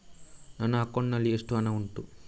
ನನ್ನ ಅಕೌಂಟ್ ನಲ್ಲಿ ಎಷ್ಟು ಹಣ ಉಂಟು?